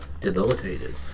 debilitated